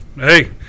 Hey